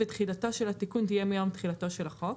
ותחילתו של התיקון תהיה מיום תחילתו של החוק,